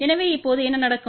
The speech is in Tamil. எனவே இப்போது என்ன நடக்கும்